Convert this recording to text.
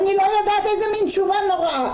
אני לא יודעת איזה מין תשובה נוראה.